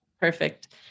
Perfect